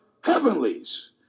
heavenlies